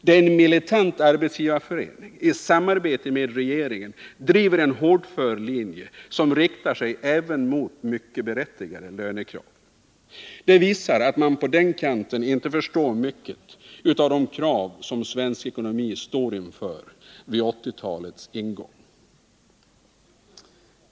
Där driver en militant arbetsgivarförening i samarbete med regeringen en hårdför linje som riktar sig mot även mycket berättigade lönekrav. Det visar att man på den kanten inte förstår mycket av de krav som svensk ekonomi står inför vid 1980-talets ingång.